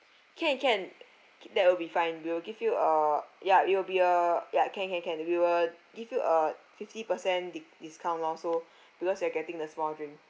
can can keep that will be fine we will give you uh ya it will be uh ya can can can we will give you uh fifty percent di~ discount loh so because you're getting the small drink